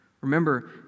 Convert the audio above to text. Remember